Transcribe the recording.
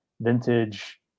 vintage